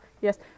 yes